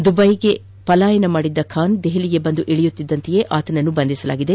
ದುಬ್ವೆಗೆ ಪಲಾಯನ ಮಾಡಿದ್ದ ಖಾನ್ ದೆಹಲಿಗೆ ಬಂದಿಳಿಯುತ್ತಿದ್ದಂತೆ ಆತನನ್ನು ಬಂಧಿಸಲಾಗಿದೆ